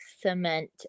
cement